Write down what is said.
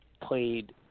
played